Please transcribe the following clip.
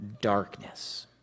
darkness